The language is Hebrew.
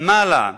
מה לה,